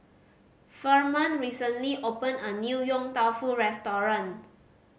Ferman recently opened a new Yong Tau Foo restaurant